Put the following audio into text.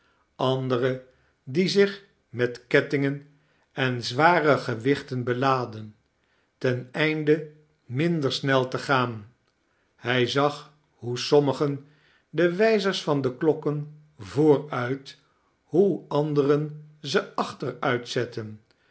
anderen die zich met kettiagen en zware gewichten belaadden ten einde minder snel te gaan hij zag hoe sommigen de wijzers van de klokken vooruit hoe anderen ze